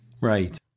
Right